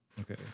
Okay